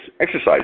exercise